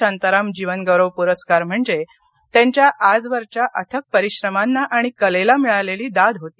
शांताराम जीवनगौरव पुरस्कार म्हणजे त्यांच्या आजवरच्या अथक परिश्रमांना आणि कलेला मिळालेली दाद होती